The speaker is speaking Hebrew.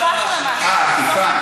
כי האכיפה של המס הזה, אה, האכיפה.